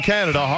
Canada